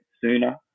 sooner